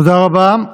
תודה רבה.